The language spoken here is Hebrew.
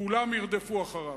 כולם ירדפו אחריו.